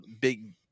big